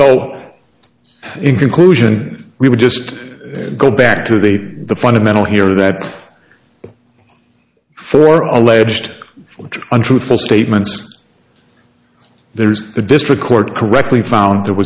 so in conclusion we would just go back to the the fundamental here that for alleged untruthful statements there's the district court correctly found there